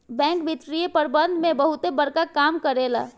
bank वित्तीय प्रबंधन में बहुते बड़का काम करेला